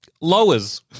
Lowers